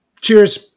Cheers